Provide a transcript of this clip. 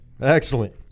Excellent